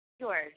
George